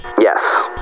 Yes